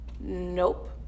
nope